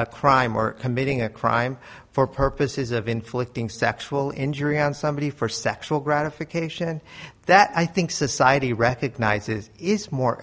a crime or committing a crime for purposes of inflicting sexual injury on somebody for sexual gratification that i think society recognizes it's more